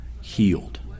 healed